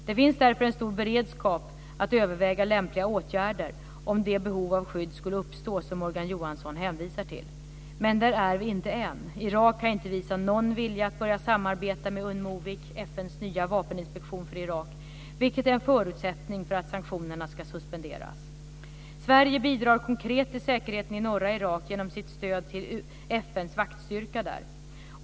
Det finns därför en stor beredskap för att överväga lämpliga åtgärder, om det behov av skydd skulle uppstå som Morgan Johansson hänvisar till. Men där är vi inte ännu. Irak har inte visat någon vilja att börja samarbeta med Unmovic - FN:s nya vapeninspektion för Irak - vilket är en förutsättning för att sanktionerna ska suspenderas. Sverige bidrar konkret till säkerheten i norra Irak genom sitt stöd till FN:s vaktstyrka där.